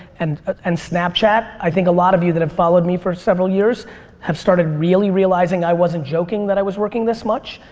and ah and snapchat i think a lot of you have followed me for several years have started really realizing i wasn't joking that i was working this much.